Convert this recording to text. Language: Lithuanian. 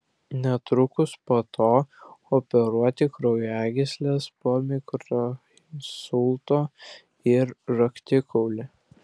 netrukus po to operuoti kraujagysles po mikroinsulto ir raktikaulį